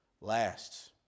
lasts